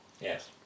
Yes